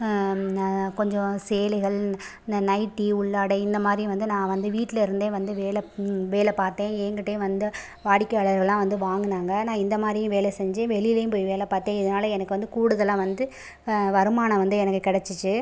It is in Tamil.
நான் கொஞ்சம் சேலைகள் இந்த நைட்டி உள்ளாடை இந்தமாதிரி வந்து நான் வந்து வீட்லேருந்தே வந்து வேலை வேலை பார்த்தேன் என்கிட்டேயும் வந்து வாடிக்கையாளர்கள்லாம் வந்து வாங்குனாங்க நான் இந்தமாதிரியும் வேலை செஞ்சு வெளிலேயும் போய் வேலை பார்த்தேன் இதனால் எனக்கு வந்து கூடுதலாக வந்து வருமானம் வந்து எனக்கு கிடச்சிச்சி